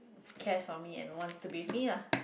cares for me and wants to be with me lah